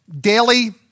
daily